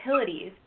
utilities